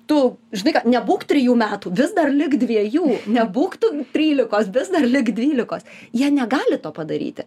tu žinai ką nebūk trijų metų vis dar lik dviejų nebūk tu trylikos vis dar lik dvylikos jie negali to padaryti